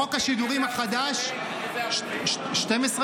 בחוק השידורים החדש --- איזה ערוצים אלה?